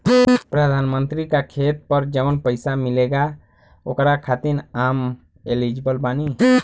प्रधानमंत्री का खेत पर जवन पैसा मिलेगा ओकरा खातिन आम एलिजिबल बानी?